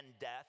death